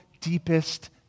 deepest